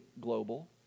global